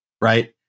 right